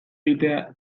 egitea